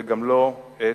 וגם לא את